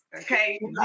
Okay